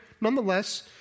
nonetheless